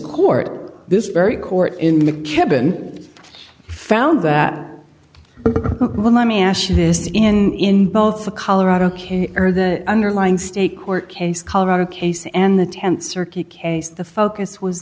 court this very court in the cabin found that let me ask you this in both the colorado king or the underlying state court case colorado case and the tenth circuit case the focus was